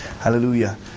Hallelujah